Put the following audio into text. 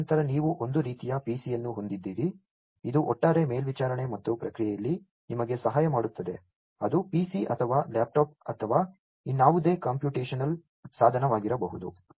ತದನಂತರ ನೀವು ಒಂದು ರೀತಿಯ PC ಯನ್ನು ಹೊಂದಿದ್ದೀರಿ ಇದು ಒಟ್ಟಾರೆ ಮೇಲ್ವಿಚಾರಣೆ ಮತ್ತು ಪ್ರಕ್ರಿಯೆಯಲ್ಲಿ ನಿಮಗೆ ಸಹಾಯ ಮಾಡುತ್ತದೆ ಅದು PC ಅಥವಾ ಲ್ಯಾಪ್ಟಾಪ್ ಅಥವಾ ಇನ್ನಾವುದೇ ಕಂಪ್ಯೂಟೇಶನಲ್ ಸಾಧನವಾಗಿರಬಹುದು